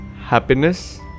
Happiness